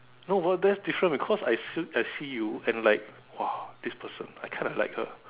no but that's different because I see I see you and like !wah! this person I kind of like her